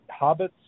Hobbits